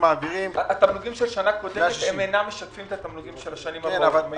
מבין שהתמלוגים בשנה הקודמת אינם משקפים את התמלוגים של השנים הבאות.